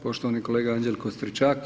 Poštovani kolega Anđelko Stričak.